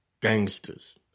gangsters